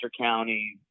County